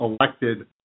elected